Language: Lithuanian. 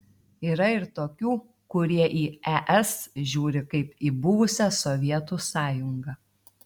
yra ir tokių kurie į es žiūri kaip į buvusią sovietų sąjungą